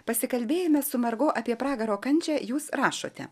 pasikalbėjime su margo apie pragaro kančią jūs rašote